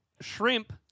shrimp